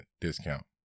discount